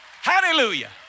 Hallelujah